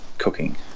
Cooking